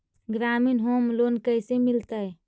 ग्रामीण home loan कैसे मिलतै?